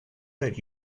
that